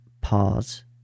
Pause